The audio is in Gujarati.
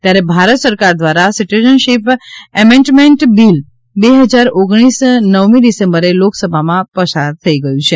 ત્યારે ભારત સરકાર દ્વારા સીટીઝનશીપ એમેન્ટમેન્ટ બીલ બે ફજાર ઓગણીસ નવમી ડિસેમ્બરે લોકસભામાં પસાર થઈ ગયું છે